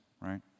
right